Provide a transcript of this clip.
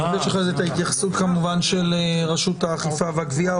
אני אבקש אחר כך כמובן את ההתייחסות של רשות האכיפה והגבייה.